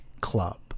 Club